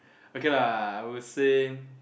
okay lah I would say